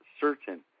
certain